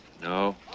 No